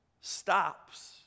stops